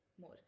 more